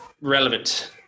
relevant